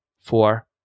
four